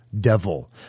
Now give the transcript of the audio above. devil